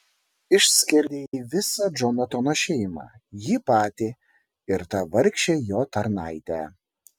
išskerdei visą džonatano šeimą jį patį ir tą vargšę jo tarnaitę